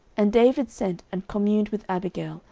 and david sent and communed with abigail,